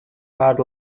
hard